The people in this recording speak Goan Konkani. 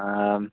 आं